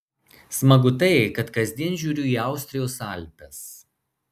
smagu tai kad kasdien žiūriu į austrijos alpes